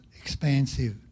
expansive